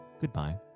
goodbye